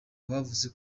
bavuze